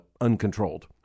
uncontrolled